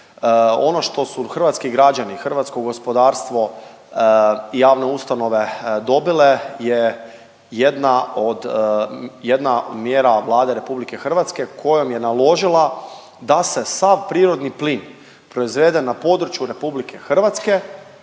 Ono što su hrvatski građani, hrvatsko gospodarstvo i javne ustanove dobile je jedna od, jedna mjera Vlade RH kojom je naložila da se sav prirodni plin proizveden na području RH kojeg